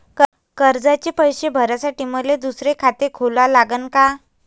कर्जाचे पैसे भरासाठी मले दुसरे खाते खोला लागन का?